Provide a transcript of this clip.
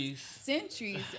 Centuries